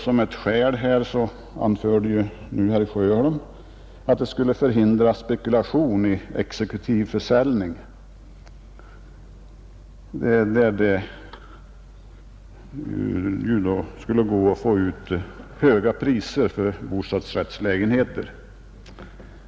Som ett skäl härför anför herr Sjöholm att detta skulle förhindra spekulation i exekutiv försäljning, där det skulle vara möjligt att få ut höga priser för bostadsrättslägenheter.